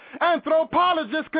anthropologists